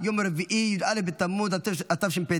יום רביעי א' בתמוז התשפ"ד,